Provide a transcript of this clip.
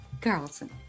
Carlson